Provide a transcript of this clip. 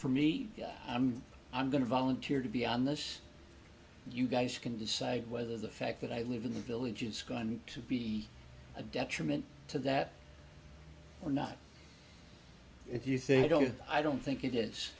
for me i'm i'm going to volunteer to be on this you guys can decide whether the fact that i live in the village is going to be a detriment to that or not if you think i don't i don't think it is